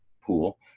pool